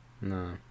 No